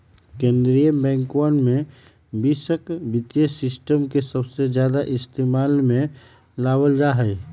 कीन्द्रीय बैंकवन में वैश्विक वित्तीय सिस्टम के सबसे ज्यादा इस्तेमाल में लावल जाहई